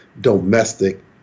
domestic